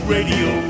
Radio